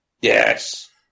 Yes